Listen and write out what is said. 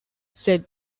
said